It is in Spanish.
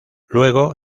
luego